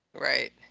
Right